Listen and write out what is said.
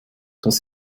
das